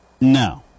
No